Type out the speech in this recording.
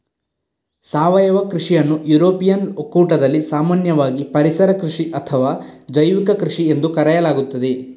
ಸಾವಯವ ಕೃಷಿಯನ್ನು ಯುರೋಪಿಯನ್ ಒಕ್ಕೂಟದಲ್ಲಿ ಸಾಮಾನ್ಯವಾಗಿ ಪರಿಸರ ಕೃಷಿ ಅಥವಾ ಜೈವಿಕ ಕೃಷಿಎಂದು ಕರೆಯಲಾಗುತ್ತದೆ